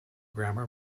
grammar